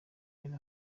yari